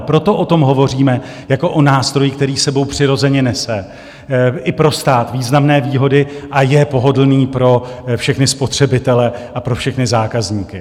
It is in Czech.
Proto o tom hovoříme jako o nástroji, který s sebou přirozeně nese i pro stát významné výhody a je pohodlný pro všechny spotřebitele a pro všechny zákazníky.